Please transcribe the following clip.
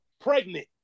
pregnant